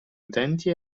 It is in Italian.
utenti